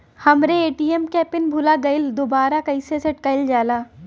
हमरे ए.टी.एम क पिन भूला गईलह दुबारा कईसे सेट कइलजाला?